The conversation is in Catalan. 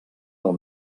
del